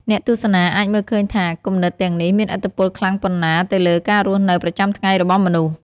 អ្នកទស្សនាអាចមើលឃើញថា គំនិតទាំងនេះមានឥទ្ធិពលខ្លាំងប៉ុណ្ណាទៅលើការរស់នៅប្រចាំថ្ងៃរបស់មនុស្ស។